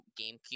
GameCube